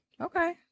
Okay